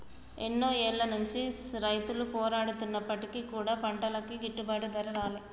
ఎన్నో ఏళ్ల నుంచి రైతులు పోరాడుతున్నప్పటికీ కూడా పంటలకి గిట్టుబాటు ధర రాలే